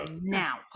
now